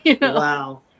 wow